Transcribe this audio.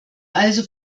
also